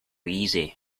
easy